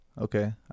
okay